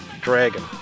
Dragon